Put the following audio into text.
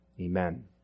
Amen